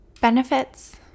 benefits